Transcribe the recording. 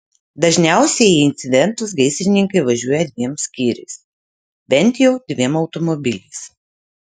dažniausiai į incidentus gaisrininkai važiuoja dviem skyriais bent jau dviem automobiliais